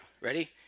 Ready